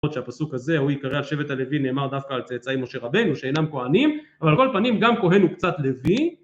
יכול להיות שהפסוק הזה "הוא יקרא שבט הלוי" נאמר דווקא על צאצאי משה רבנו שאינם כהנים, אבל על כל פנים גם כהן הוא קצת לוי